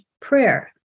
prayer